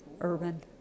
urban